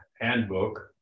handbook